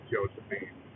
Josephine